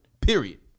Period